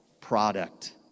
product